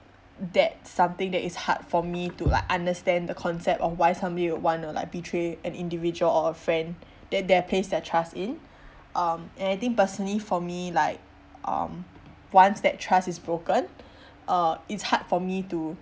that's something that is hard for me to like understand the concept of why somebody would wanna like betray an individual or a friend that they have placed their trust in um and I think personally for me like um once that trust is broken uh it's hard for me to